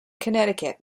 connecticut